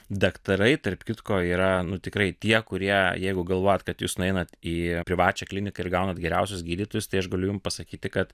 daktarai tarp kitko yra nu tikrai tie kurie jeigu galvojat kad jūs nueinat į privačią kliniką ir gaunat geriausius gydytojus tai aš galiu jums pasakyti kad